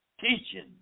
teaching